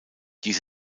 dies